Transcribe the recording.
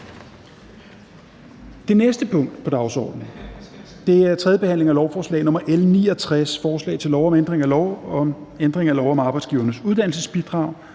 Det næste punkt på dagsordenen er: 12) 3. behandling af lovforslag nr. L 73: Forslag til lov om ændring af lov om et indkomstregister,